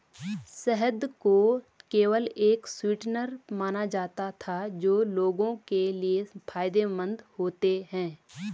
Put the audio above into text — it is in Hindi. शहद को केवल एक स्वीटनर माना जाता था जो लोगों के लिए फायदेमंद होते हैं